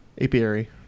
apiary